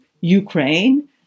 Ukraine